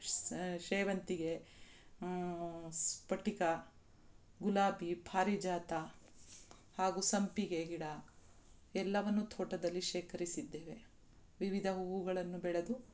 ಸೇವಂತಿಗೆ ಸ್ಫಟಿಕ ಗುಲಾಬಿ ಪಾರಿಜಾತ ಹಾಗೂ ಸಂಪಿಗೆ ಗಿಡ ಎಲ್ಲವನ್ನು ತೋಟದಲ್ಲಿ ಶೇಖರಿಸಿದ್ದೇವೆ ವಿವಿಧ ಹೂವುಗಳನ್ನು ಬೆಳೆದು